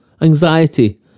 anxiety